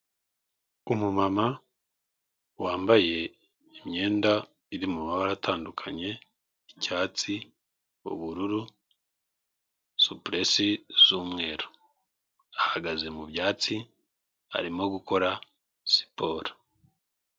Umumama wambaye imyenda iri mu mabara atandukanye; icyatsi, ubururu, supuresi z'umweru. Ahagaze mu byatsi, arimo gukora siporo.